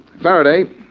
Faraday